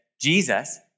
Jesus